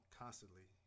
constantly